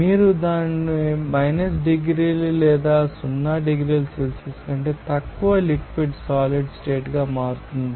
మీరు దానిని చూస్తారు 1 డిగ్రీ లేదా 0 డిగ్రీల సెల్సియస్ కంటే తక్కువ లిక్విడ్ సాలిడ్ స్టేట్ గా మారుతుంది